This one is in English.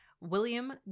William